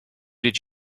did